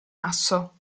asso